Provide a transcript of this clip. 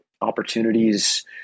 opportunities